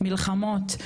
מלחמות,